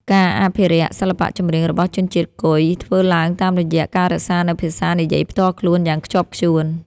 ការអភិរក្សសិល្បៈចម្រៀងរបស់ជនជាតិគុយ គឺធ្វើឡើងតាមរយៈការរក្សានូវភាសានិយាយផ្ទាល់ខ្លួនយ៉ាងខ្ជាប់ខ្ជួន។